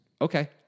Okay